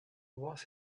was